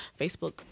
Facebook